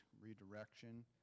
redirection